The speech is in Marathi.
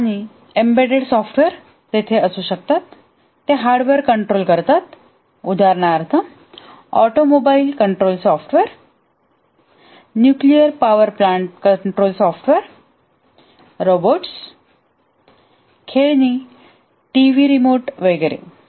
आणि एम्बेड्डेड सॉफ्टवेअर तेथे असू शकतात ते हार्डवेअर कंट्रोल करतात उदाहरणार्थ automobile control software nuclear power plant control software robots खेळणी टीव्ही रिमोट वगैरे